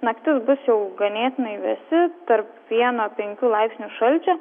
naktis bus jau ganėtinai vėsi tarp vieno penkių laipsnių šalčio